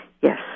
yes